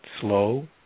slow